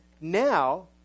now